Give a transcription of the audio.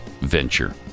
venture